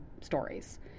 stories